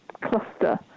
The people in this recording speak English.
cluster